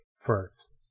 first